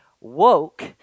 woke